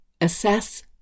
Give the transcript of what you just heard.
Assess